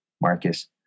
Marcus